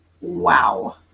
Wow